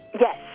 Yes